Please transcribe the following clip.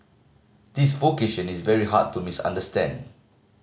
this vocation is very hard to misunderstand